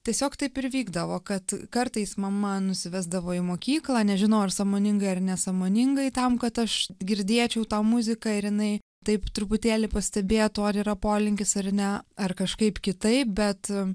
tiesiog taip ir vykdavo kad kartais mama nusivesdavo į mokyklą nežinau ar sąmoningai ar nesąmoningai tam kad aš girdėčiau tą muziką ir jinai taip truputėlį pastebėtų ar yra polinkis ar ne ar kažkaip kitaip bet